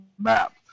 map